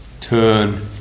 turn